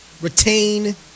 retain